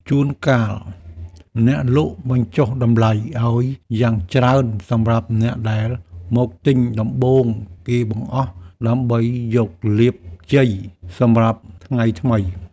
ជួនកាលអ្នកលក់បញ្ចុះតម្លៃឱ្យយ៉ាងច្រើនសម្រាប់អ្នកដែលមកទិញដំបូងគេបង្អស់ដើម្បីយកលាភជ័យសម្រាប់ថ្ងៃថ្មី។